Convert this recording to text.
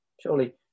surely